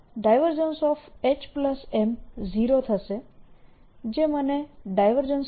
HM0 થશે જે મને